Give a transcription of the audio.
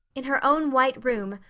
in her own white room,